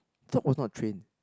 dog was not trained